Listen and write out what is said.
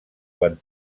quan